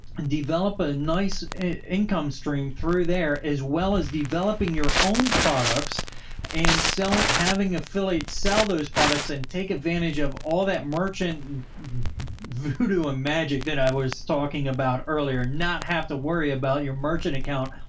and develop a nice income stream through there, as well as developing your own products and selling, having affiliates, sell those products and take advantage of all that merchant voodoo, a magic that i was talking about earlier. not have to worry about your merchant account.